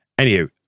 Anywho